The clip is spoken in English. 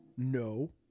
No